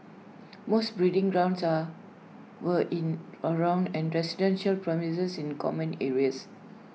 most breeding grounds are were in around and residential premises and common areas